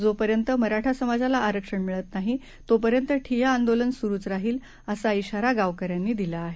जोपर्यंत मराठा समाजाला आरक्षण मिळत नाही तोपर्यंत ठिय्या आंदोलन सुरूच राहील असा इशारा गावकऱ्यांनी दिला आहे